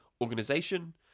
organization